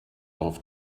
auf